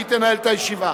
והיא תנהל את הישיבה.